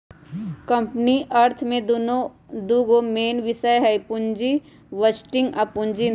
company अर्थ में दूगो मेन विषय हइ पुजी बजटिंग आ पूजी इतजाम